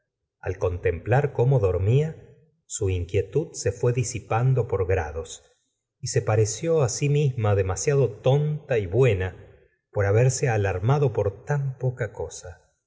al contemplar cómo dormía su inquietud se fué disipando por grados y se pareció si misma demasiado tonta y buena por haberse alarmado por tan poca cosa